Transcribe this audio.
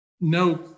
no